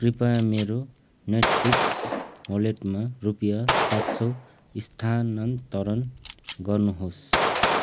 कृपया मेरो नेटफ्लिक्स वलेटमा रुपियाँ सात सय स्थानान्तरण गर्नुहोस्